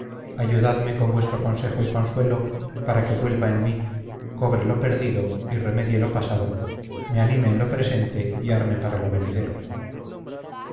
ayudadme con vuestro consejo y consuelo para que vuelva en mí cobre lo perdido y remedie lo pasado me anime en lo presente y arme para lo venidero